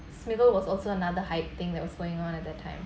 smeagol was also another hype thing that was going on at the time